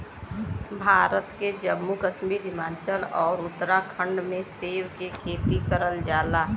भारत के जम्मू कश्मीर, हिमाचल आउर उत्तराखंड में सेब के खेती करल जाला